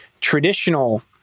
traditional